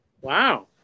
Wow